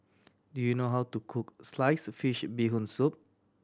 do you know how to cook sliced fish Bee Hoon Soup